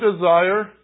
desire